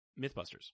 Mythbusters